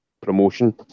promotion